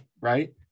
right